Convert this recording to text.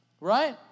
Right